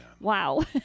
Wow